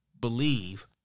believe